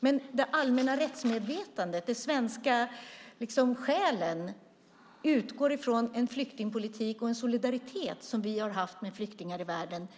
Men det allmänna rättsmedvetandet, den svenska själen, utgår ifrån en flyktingpolitik med en solidaritet som vi tidigare har haft med flyktingar i världen